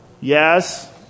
Yes